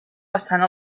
passant